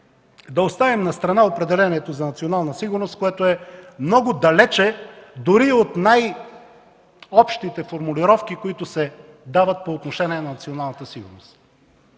да оставим настрана определението за национална сигурност, което е много далече дори от най-общите формулировки, които се дават по отношение на националната сигурност.